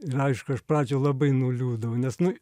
ir aišku iš pradžių labai nuliūdau nes nu